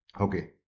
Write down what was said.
Okay